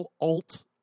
alt